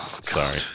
Sorry